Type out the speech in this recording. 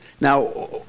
Now